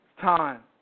time